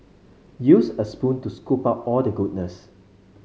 use a spoon to scoop out all the goodness